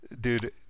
Dude